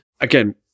Again